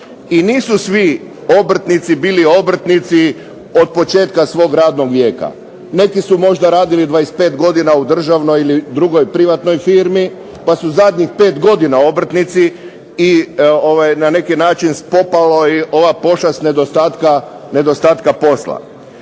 i nisu svi obrtnici bili obrtnici od početka svog radnog vijeka. Neki su možda radili 25 godina u državnoj ili privatnoj firmi, pa su zadnjih 5 godina obrtnici i na neki način spopala ih je ova pošast nedostatka posla.